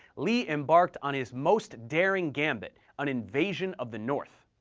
lee embarked on his most daring gambit, an invasion of the north.